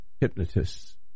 hypnotists